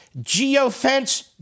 geofence